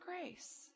grace